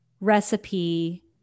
recipe